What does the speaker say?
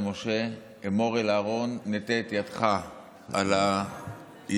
משה אמר אל אהרן נטה את ידך על היאור,